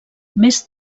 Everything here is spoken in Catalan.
més